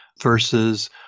versus